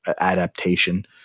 adaptation